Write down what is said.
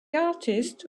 artist